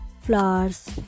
flowers